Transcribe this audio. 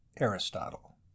Aristotle